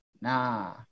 Nah